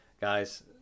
guys